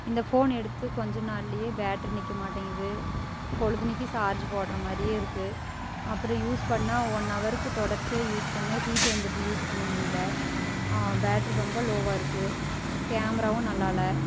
இந்த ஃபோன் எடுத்து கொஞ்ச நாள்ளையே பேட்டரி நிற்க மாட்டேங்கிது பொழுதனிக்கும் சார்ஜ் போடுகிற மாதிரியே இருக்கு அப்புறம் யூஸ் பண்ணால் ஒன்னவருக்கு தொடர்ச்சியாக யூஸ் பண்ணால் ஹீட் வந்துடுது யூஸ் பண்ண முடியல பேட்டரி ரொம்ப லோவாக இருக்கு கேமராவும் நல்லால்ல